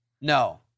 No